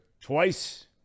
Twice